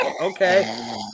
okay